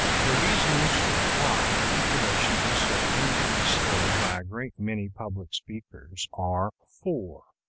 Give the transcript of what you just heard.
the reasons why articulation is so painfully slurred by a great many public speakers are four